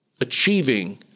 achieving